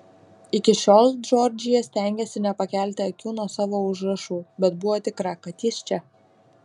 iki šiol džordžija stengėsi nepakelti akių nuo savo užrašų bet buvo tikra kad jis čia